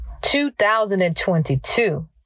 2022